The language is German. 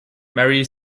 mary